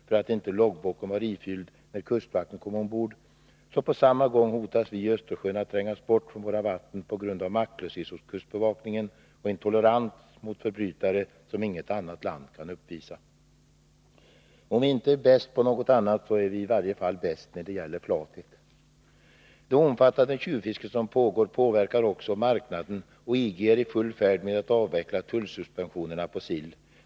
för att inte loggboken var ifylld när kustvakten kom ombord, hotas på samma gång vi i Östersjön att trängas bort från våra vatten på grund av maktlöshet hos kustbevakningen och en tolerans mot förbrytare som inget annat land kan uppvisa. Om vi inte är bäst på något annat så är vi i varje fall bäst när det gäller flathet. Det omfattande tjuvfisket som pågår påverkar också marknaden, och EG äri full färd med att avveckla tullsuspensionerna på sill.